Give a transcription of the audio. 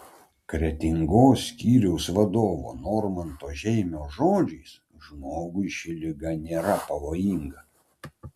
kretingos skyriaus vadovo normanto žeimio žodžiais žmogui ši liga nėra pavojinga